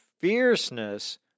fierceness